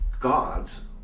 God's